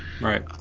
right